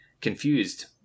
confused